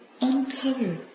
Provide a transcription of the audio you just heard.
uncover